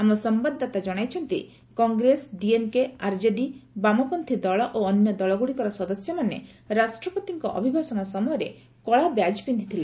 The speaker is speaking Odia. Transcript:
ଆମ ସମ୍ଭାଦଦାତା ଜଣାଇଛନ୍ତି କଂଗ୍ରେସ ଡିଏମ୍କେ ଆର୍ଜେଡି ବାମପନ୍ନୀ ଦଳ ଓ ଅନ୍ୟ ଦଳଗୁଡ଼ିକର ସଦସ୍ୟମାନେ ରାଷ୍ଟ୍ରପତିଙ୍କ ଅଭିଭାଷଣ ସମୟରେ କଳା ବ୍ୟାଜ୍ ପିନ୍ଧିଥିଲେ